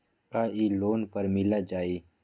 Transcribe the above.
का इ लोन पर मिल जाइ?